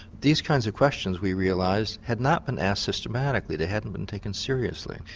these kinds of questions we realised had not been asked systematically, they hadn't been taken seriously.